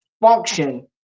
function